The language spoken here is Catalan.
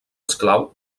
esclau